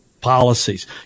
policies